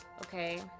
okay